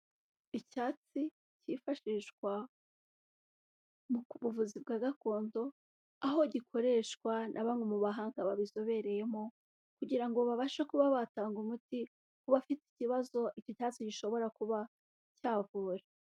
Icyatsi cyifashishwa mu ku buvuzi bwa gakondo aho gikoreshwa na bamwe mu bahanga babizobereyemo kugira ngo babashe kuba batanga umuti uba bafite ikibazo ikitazi gishobora kuba cyavura.